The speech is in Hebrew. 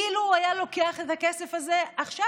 אילו הוא היה לוקח את הכסף הזה עכשיו,